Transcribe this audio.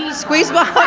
and squeezebox?